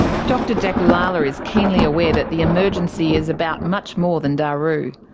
dr dakulala is keenly aware that the emergency is about much more than daru.